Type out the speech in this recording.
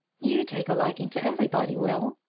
you take a liking to everybody, will.